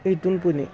इथून पुणे